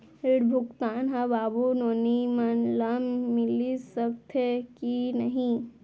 ऋण भुगतान ह बाबू नोनी मन ला मिलिस सकथे की नहीं?